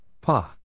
Pa